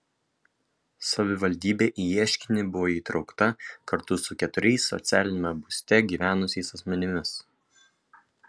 savivaldybė į ieškinį buvo įtraukta kartu su keturiais socialiniame būste gyvenusiais asmenimis